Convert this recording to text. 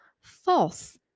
False